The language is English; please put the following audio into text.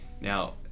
Now